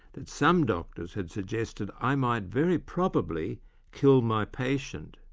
that some doctors had suggested i might very probably kill my patient.